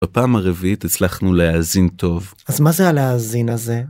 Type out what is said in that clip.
בפעם הרביעית הצלחנו להאזין טוב. אז מה זה הלהאזין הזה?